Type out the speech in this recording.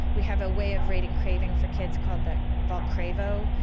we have a way of rating craving for kids called the vulcravo,